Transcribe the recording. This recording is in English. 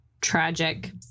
Tragic